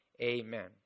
amen